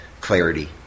clarity